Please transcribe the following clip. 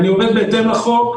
ואני עובד בהתאם לחוק.